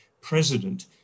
president